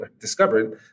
discovered